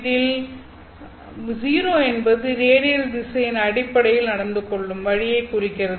அதில் 0 என்பது ரேடியல் திசையின் அடிப்படையில் நடந்து கொள்ளும் வழியைக் குறிக்கிறது